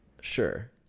sure